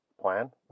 plan